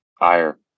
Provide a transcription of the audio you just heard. ire